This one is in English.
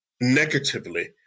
negatively